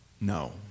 No